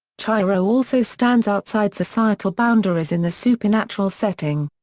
chihiro also stands outside societal boundaries in the supernatural setting.